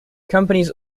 companies